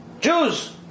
Jews